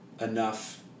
enough